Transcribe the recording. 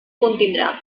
contindrà